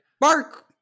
Bark